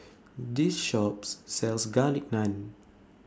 This Shop sells Garlic Naan